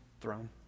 throne